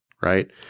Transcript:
right